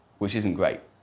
which isn't great.